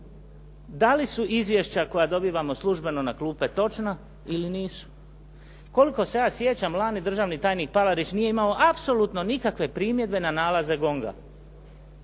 da li su izvješća koja dobivamo službeno na klupe točna ili nisu. Koliko se ja sjećam, lani državni tajnik Palarić nije imao apsolutno nikakve primjedbe na nalaze GONG-a.